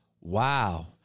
Wow